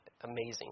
amazing